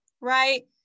right